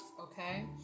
Okay